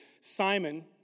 Simon